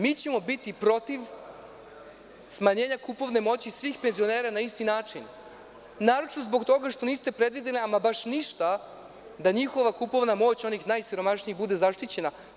Mi ćemo biti protiv smanjenja kupovne moći svih penzionera na isti način, naročito zbog toga što niste predvideli ama baš ništa da njihova kupovna moć, onih najsiromašnijih bude zaštićena.